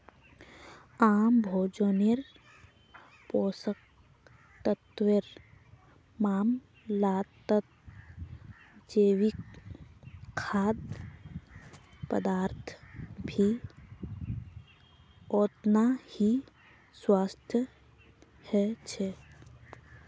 आम भोजन्नेर पोषक तत्वेर मामलाततजैविक खाद्य पदार्थ भी ओतना ही स्वस्थ ह छे